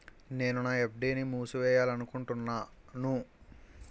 నేను నా ఎఫ్.డి ని మూసివేయాలనుకుంటున్నాను